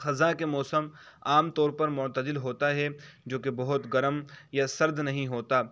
خزاں کے موسم عام طور پر معتدل ہوتا ہے جو کہ بہت گرم یا سرد نہیں ہوتا